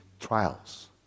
trials